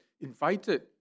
invited